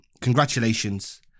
congratulations